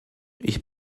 ich